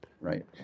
right